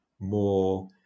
more